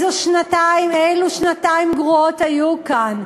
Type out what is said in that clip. אילו שנתיים גרועות היו כאן.